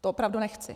To opravdu nechci.